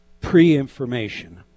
pre-information